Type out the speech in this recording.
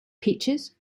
peaches